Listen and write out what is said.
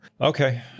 Okay